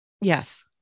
Yes